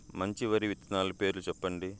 మంచి వరి విత్తనాలు పేర్లు చెప్పండి?